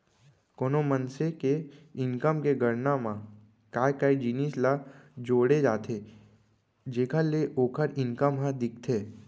कोनो मनसे के इनकम के गणना म काय काय जिनिस ल जोड़े जाथे जेखर ले ओखर इनकम ह दिखथे?